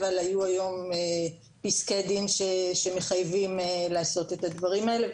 אבל היו היום פסקי דין שמחייבים לעשות את הדברים האלה.